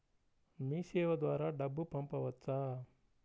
మీసేవ ద్వారా డబ్బు పంపవచ్చా?